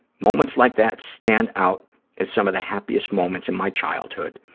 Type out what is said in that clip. moments like that stand out as some of the happiest moments in my childhood.